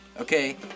okay